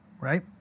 right